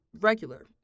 regular